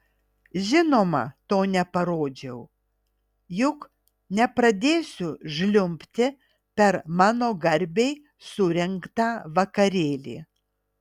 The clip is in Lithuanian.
žinoma to neparodžiau juk nepradėsiu žliumbti per mano garbei surengtą vakarėlį